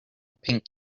pink